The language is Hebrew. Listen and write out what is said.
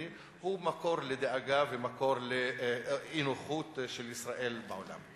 הוא מקור לאי-נוחות של ישראל בעולם.